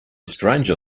stranger